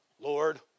Lord